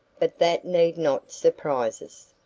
but that need not surprise us.